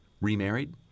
remarried